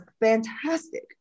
fantastic